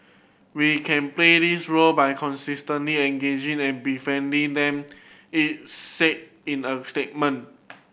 we can play this role by consistently engaging and befriending them it said in a statement